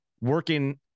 working